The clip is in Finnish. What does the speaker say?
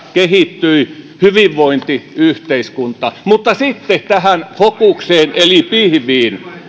kehittyi hyvinvointiyhteiskunta mutta sitten tähän fokukseen eli pihviin